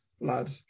lad